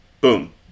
Boom